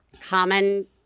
common